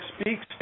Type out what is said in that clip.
speaks